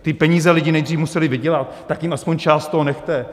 Ty peníze lidi nejdřív museli vydělat, tak jim aspoň část z toho nechte!